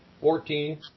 Fourteen